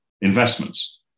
investments